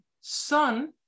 son